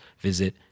visit